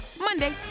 Monday